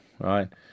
right